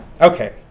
Okay